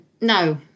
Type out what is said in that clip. No